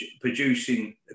producing